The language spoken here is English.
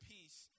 Peace